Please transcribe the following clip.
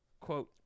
quote